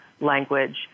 language